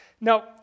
Now